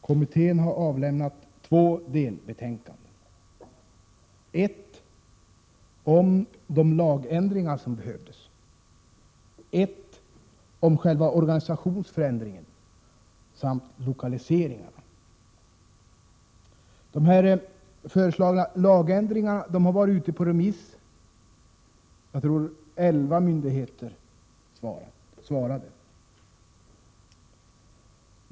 Kommittén har avlämnat två delbetänkanden: ett om de lagändringar som behövs och ett om organisationsförändringen samt om lokaliseringarna. De föreslagna lagändringarna har varit ute på remiss, varvid 11 myndigheter yttrat sig.